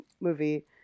movie